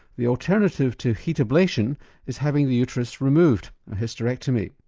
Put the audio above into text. the alternative to heat ablation is having the uterus removed a hysterectomy.